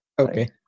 Okay